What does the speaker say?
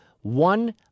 one